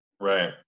right